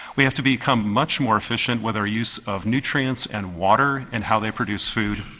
we have to become much more efficient with our use of nutrients and water and how they produce food.